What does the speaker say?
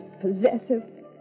possessive